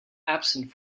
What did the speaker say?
absent